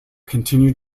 continued